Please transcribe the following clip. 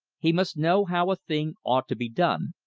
he must know how a thing ought to be done,